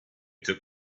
took